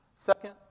Second